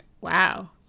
wow